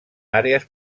àrees